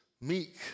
meek